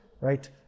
right